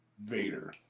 Vader